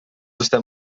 estem